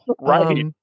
right